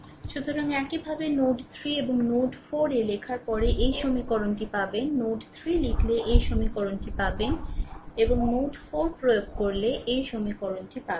সুতরাং একইভাবে নোড 3 এবং নোড 4 এ লেখার পরে এই সমীকরণটি পাবেন নোড 3 লিখলে এই সমীকরণটি পাবেন এবং নোড 4 প্রয়োগ করলে এই সমীকরণ পাবেন